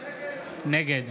נגד